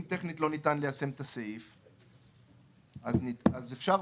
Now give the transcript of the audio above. אם טכנית לא ניתן ליישם את הסעיף אז אפשר,